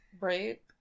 right